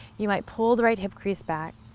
you might pull the right hip crease back,